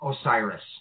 Osiris